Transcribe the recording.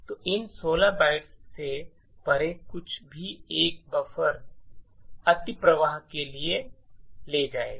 तो इन 16 बाइट्स से परे कुछ भी एक बफर अतिप्रवाह के लिए ले जाएगा